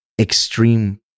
Extreme